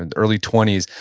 and early twenty s,